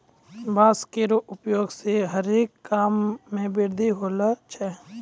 बांस केरो उपयोग सें हरे काम मे वृद्धि होलो छै